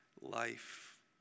life